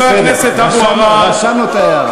בסדר, רשמנו את ההערה.